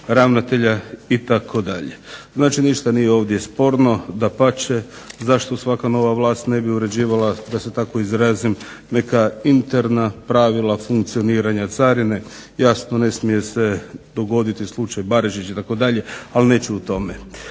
ravnatelja itd. Znači ništa nije ovdje sporno, dapače. Zašto svaka nova vlast ne bi uređivala, da se tako izrazim, neka interna pravila funkcioniranja Carine? Jasno ne smije se dogoditi slučaj Barišić itd., ali neću o tome.